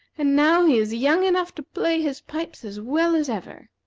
and now he is young enough to play his pipes as well as ever.